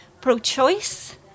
pro-choice